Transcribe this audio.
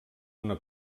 una